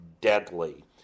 deadly